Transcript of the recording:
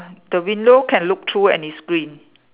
the window can look through and it's green